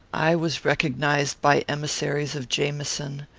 i was recognised by emissaries of jamieson,